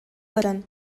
баран